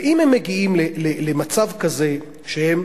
ואם הם מגיעים למצב כזה שהם